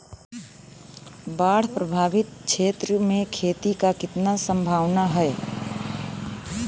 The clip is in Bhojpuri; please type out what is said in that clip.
बाढ़ प्रभावित क्षेत्र में खेती क कितना सम्भावना हैं?